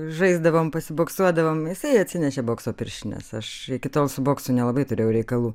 žaisdavom pasiboksuodavom jisai atsinešė bokso pirštines aš iki tol su boksu nelabai turėjau reikalų